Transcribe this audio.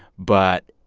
but